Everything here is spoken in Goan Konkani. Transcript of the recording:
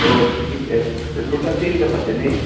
रोज टी कितलें टोटल तीन करपाच्यो न्ही